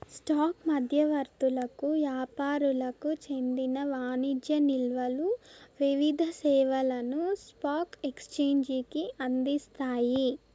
stock మధ్యవర్తులకు యాపారులకు చెందిన వాణిజ్య నిల్వలు వివిధ సేవలను స్పాక్ ఎక్సేంజికి అందిస్తాయి